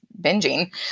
binging